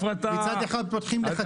מצד אחר אתם פותחים לחצי תחרות.